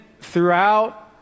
throughout